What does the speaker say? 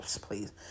Please